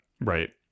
Right